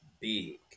big